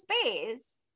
space